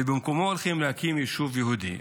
ובמקומו הולכים להקים יישוב יהודי.